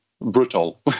brutal